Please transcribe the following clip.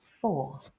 four